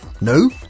No